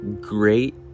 Great